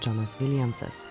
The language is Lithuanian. džonas viljamsas